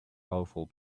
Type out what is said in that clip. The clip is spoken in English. awful